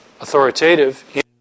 authoritative